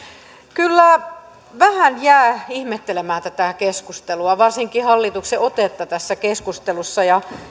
kyllä vähän jää ihmettelemään tätä keskustelua varsinkin hallituksen otetta tässä keskustelussa